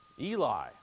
Eli